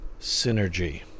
synergy